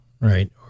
Right